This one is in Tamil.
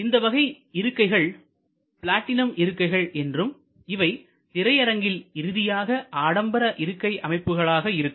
இந்த வகை இருக்கைகள் பிளாட்டினம் இருக்கைகள் என்றும் இவை திரையரங்கில் இறுதியாக ஆடம்பர இருக்கை அமைப்புகளாக இருக்கும்